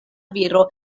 viro